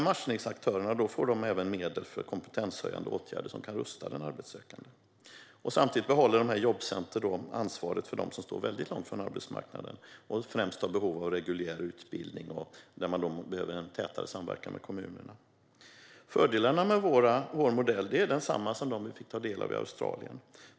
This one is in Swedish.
Matchningsaktörerna får även medel för kompetenshöjande åtgärder som kan rusta den arbetssökande. Jobbcenter behåller ansvaret för dem som står långt från arbetsmarknaden och främst är i behov av reguljär utbildning, där en tätare samverkan med kommunerna behövs. Fördelarna med vår modell är desamma som dem vi fick ta del av i Australien.